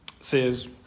says